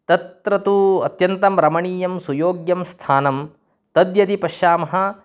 तत्र तु अत्यन्तं रमणीयं सुयोग्यं स्थानं तद् यदि पश्यामः